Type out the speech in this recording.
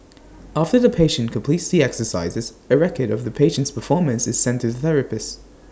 after the patient completes the exercises it's A record of the patient's performance is sent to the therapist